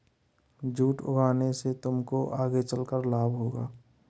jute उगाने से तुमको आगे चलकर लाभ होगा